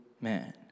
man